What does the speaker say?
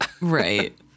Right